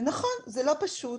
אז נכון שזה לא פשוט,